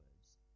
words